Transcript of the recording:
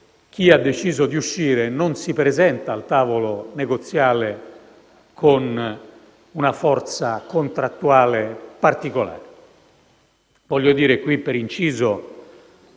chi ha deciso di uscire non si presenta al tavolo negoziale con una forza contrattuale particolare. Voglio dire qui, per inciso,